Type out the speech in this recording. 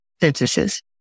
sentences